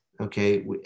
Okay